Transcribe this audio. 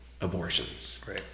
abortions